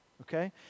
Okay